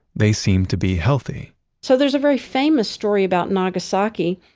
they seem to be healthy so there's a very famous story about nagasaki,